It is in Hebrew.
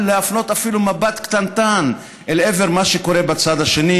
להפנות אפילו מבט קטנטן אל עבר מה שקורה בצד השני,